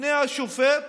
בפני השופט